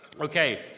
Okay